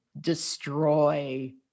destroy